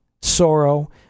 sorrow